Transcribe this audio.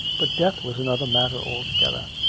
but death was an other matter altogether.